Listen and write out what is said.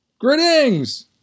Greetings